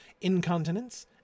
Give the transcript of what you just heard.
incontinence